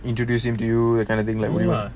introduced him to you that kind of thing like you